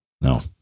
no